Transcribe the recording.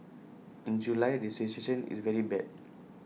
in July the situation is very bad